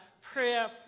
prayer